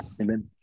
Amen